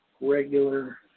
regular